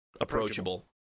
approachable